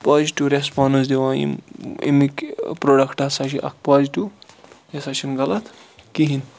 positive response دِوان یِم اَمِکۍ پروڈَکٹ ہَسا چھِ اکھ پازٹِو یہِ ہَسا چھُنہٕ غَلَط کِہیٖنۍ